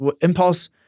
impulse